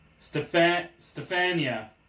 Stefania